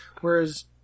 whereas